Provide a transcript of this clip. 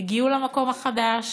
יגיעו למקום החדש